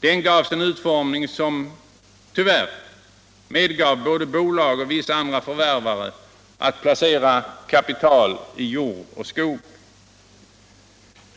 Denna fick en utlormning som tyvärr medgav både bolag och vissa andra förvärvare att placera kapital i jord och skog.